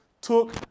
took